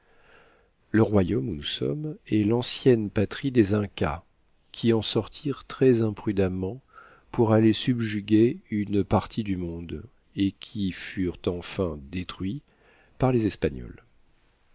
le royaume où nous sommes est l'ancienne patrie des incas qui en sortirent très imprudemment pour aller subjuguer une partie du monde et qui furent enfin détruits par les espagnols